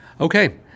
Okay